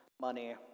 money